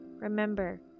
Remember